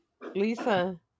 Lisa